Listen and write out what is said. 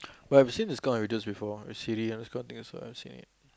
but I've seen this kind of videos before with Siri this kind of things also I've seen it